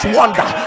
wonder